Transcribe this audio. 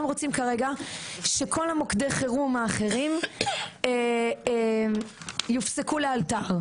הם רוצים כרגע שכל מוקדי החירום האחרים יופסקו לאלתר.